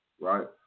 Right